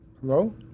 Hello